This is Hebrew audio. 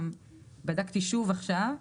ובדקתי שוב עכשיו,